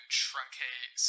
truncate